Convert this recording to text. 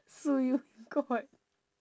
sue you in court